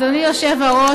אדוני היושב-ראש,